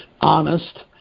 honest